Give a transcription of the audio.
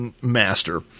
Master